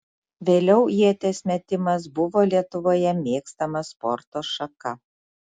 vėliau ieties metimas buvo lietuvoje mėgstama sporto šaka